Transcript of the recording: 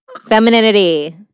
Femininity